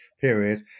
period